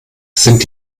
sind